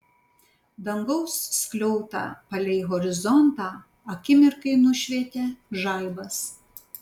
dangaus skliautą palei horizontą akimirkai nušvietė žaibas